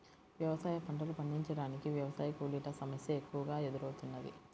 వ్యవసాయ పంటలు పండించటానికి వ్యవసాయ కూలీల సమస్య ఎక్కువగా ఎదురౌతున్నది